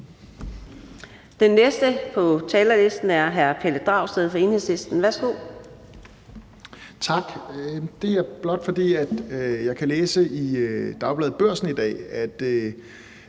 Den næste på talerlisten er hr. Pelle Dragsted fra Enhedslisten. Værsgo. Kl. 11:57 Pelle Dragsted (EL): Tak. Det er blot, fordi jeg kan læse i Dagbladet Børsen i dag, at